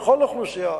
לכל אוכלוסייה,